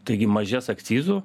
taigi mažės akcizų